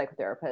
psychotherapist